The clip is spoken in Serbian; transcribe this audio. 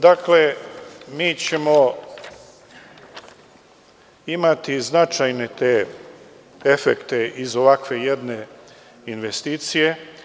Dakle, mi ćemo imati značajne efekte iz jedne ovakve investicije.